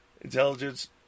Intelligence